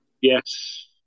Yes